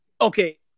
Okay